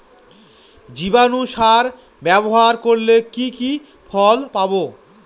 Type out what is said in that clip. জীবাণু সার ব্যাবহার করলে কি কি ফল পাবো?